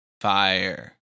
Fire